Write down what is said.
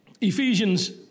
Ephesians